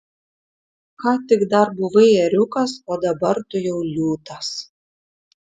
ką tik dar buvai ėriukas o dabar tu jau liūtas